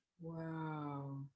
Wow